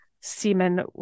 semen